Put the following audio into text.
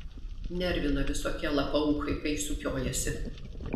nervina visokie lapauchai kai sukiojasi